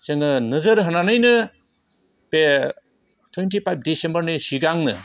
जोङो नोजोर होनानैनो बे टुविनटि फाइभ डिसिम्बरनि सिगांनो